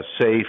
safe